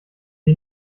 wir